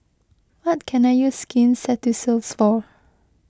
what can I use Skin Ceuticals for